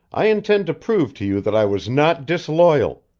i intend to prove to you that i was not disloyal,